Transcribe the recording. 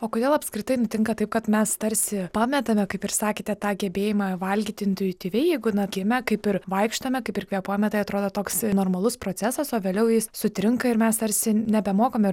o kodėl apskritai nutinka taip kad mes tarsi pametame kaip ir sakėte tą gebėjimą valgyti intuityviai jeigu na kieme kaip ir vaikštome kaip ir kvėpuojame tai atrodo toks normalus procesas o vėliau jis sutrinka ir mes tarsi nebemokame